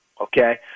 Okay